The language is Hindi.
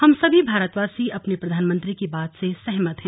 हम सभी भारतवासी अपने प्रधानमंत्री की बात से सहमत हैं